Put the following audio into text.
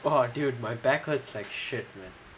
!wah! dude my back hurts like shit